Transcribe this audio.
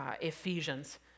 Ephesians